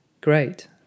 great